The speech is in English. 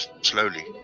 slowly